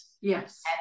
Yes